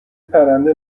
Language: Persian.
پرنده